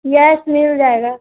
yes मिल जाएगा